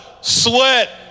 sweat